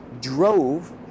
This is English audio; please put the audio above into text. drove